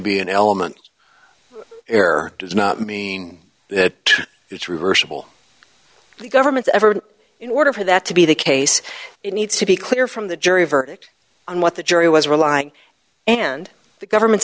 be an element error does not mean that it's reversible the government's effort in order for that to be the case it needs to be clear from the jury verdict on what the jury was relying and the government